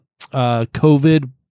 COVID